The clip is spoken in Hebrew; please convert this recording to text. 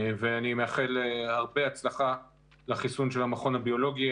אני מאחל הרבה הצלחה לחיסון של המכון הביולוגי,